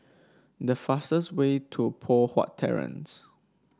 the fastest way to Poh Huat Terrace